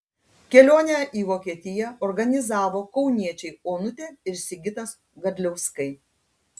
kelionę į vokietiją organizavo kauniečiai onutė ir sigitas gadliauskai